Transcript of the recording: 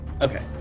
Okay